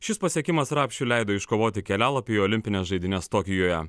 šis pasiekimas rapšiui leido iškovoti kelialapį į olimpines žaidynes tokijuje